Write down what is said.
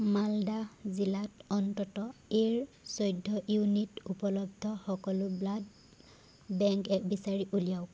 মালদাহ জিলাত অন্তত এৰ চৈধ্য ইউনিট উপলব্ধ সকলো ব্লাড বেংক বিচাৰি উলিয়াওক